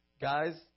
Guys